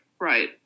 Right